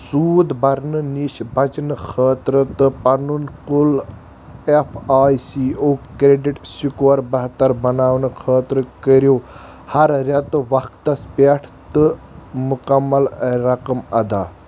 سوٗد برنہٕ نِش بچنہٕ خٲطرٕ تہٕ پَنُن کُل F I C O credit score بہتر بناونہٕ خٲطرٕ کٔرِو ہر رٮ۪تہٕ وقتس پٮ۪ٹھ تہٕ مُکمل رقم ادا